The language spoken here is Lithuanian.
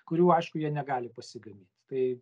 kurių aišku jie negali pasigamint tai